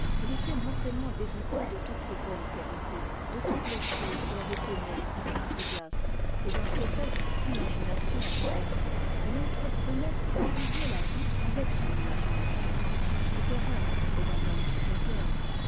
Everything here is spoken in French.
il était mortellement dégoûté de toutes ses bonnes qualités de toutes les choses qu'il avait aimées avec enthousiasme et dans cet état d'imagination renversée il entreprenait de juger la vie avec son imagination cette erreur est d'un homme supérieur